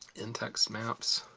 in-text maps.